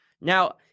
Now